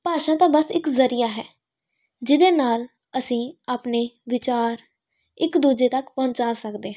ਭਾਸ਼ਾ ਤਾਂ ਬਸ ਇੱਕ ਜ਼ਰੀਆ ਹੈ ਜਿਹਦੇ ਨਾਲ ਅਸੀਂ ਆਪਣੇ ਵਿਚਾਰ ਇੱਕ ਦੂਜੇ ਤੱਕ ਪਹੁੰਚਾ ਸਕਦੇ ਹਾਂ